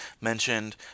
mentioned